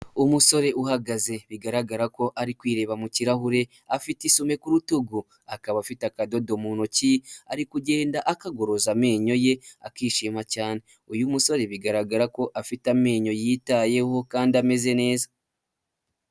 Umusore uhagaze bigaragara ko ari kwireba mu kirahure afite isume ku rutugu, akaba afite akadodo mu ntoki ari kugenda akagoroza amenyo ye akishima cyane, uyu musore bigaragara ko afite amenyo yitayeho kandi ameze neza.